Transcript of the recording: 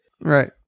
Right